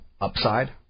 upside